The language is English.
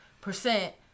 percent